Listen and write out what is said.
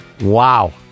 Wow